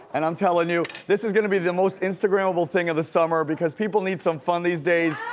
and i'm telling you, this is gonna be the most instagrammable thing of the summer because people need some fun these days.